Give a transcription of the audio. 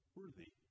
worthy